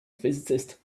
physicist